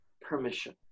permission